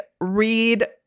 read